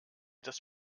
das